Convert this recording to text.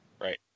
right